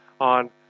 on